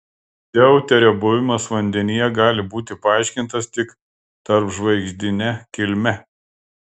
deuterio buvimas vandenyje gali būti paaiškintas tik tarpžvaigždine kilme